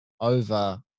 over